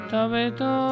Tabeto